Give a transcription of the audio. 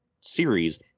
series